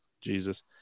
Jesus